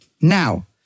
now